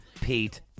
Pete